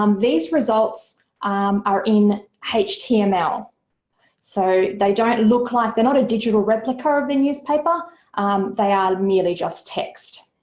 um these results um are in html, so they don't look like they're not a digital replica of the newspaper they are merely just text.